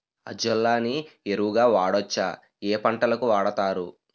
Azolla ని ఎరువు గా వాడొచ్చా? ఏ పంటలకు వాడతారు?